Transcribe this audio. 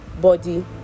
body